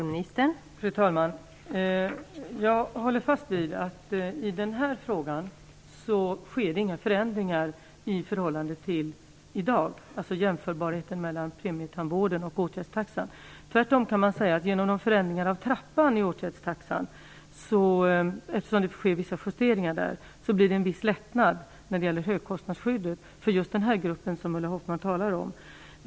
Fru talman! Jag håller fast vid att det i den här frågan inte sker några förändringar i förhållande till läget i dag vad gäller jämförbarheten mellan premietandvården och åtgärdstaxan. Tvärtom kan man säga att det genom de förändringar av trappan i åtgärdstaxan som sker - det sker vissa justeringar där - blir en viss lättnad när det gäller högkostnadsskyddet för just den grupp som Ulla Hoffmann talar om.